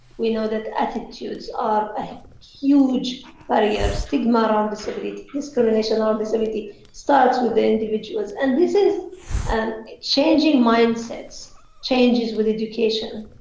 we know that attitudes are a huge barriers, stigma around disability, discrimination around um disability starts with individuals. and this is and changing mind sets changes with education,